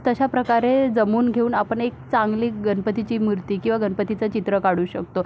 तशा प्रकारे जमवून घेऊन आपण एक चांगली गणपतीची मूर्ती किंवा गणपतीचं चित्र काढू शकतो